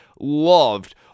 loved